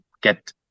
get